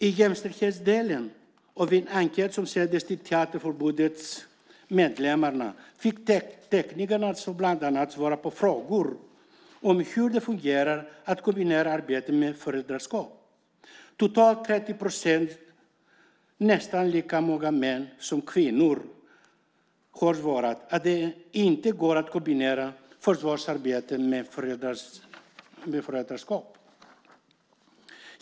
I jämställdhetsdelen av en enkät som sändes till Teaterförbundets medlemmar fick man svara på frågor om hur det fungerar att kombinera arbete med föräldraskap. Totalt 30 procent, nästan lika många män som kvinnor, svarade att det inte går att kombinera förvärvsarbete med föräldraskap.